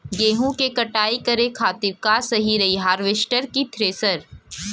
गेहूँ के कटाई करे खातिर का सही रही हार्वेस्टर की थ्रेशर?